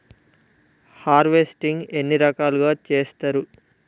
Harvesting ఎన్ని రకాలుగా చేస్తరు?